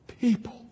people